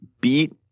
beat